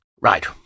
Right